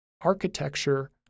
architecture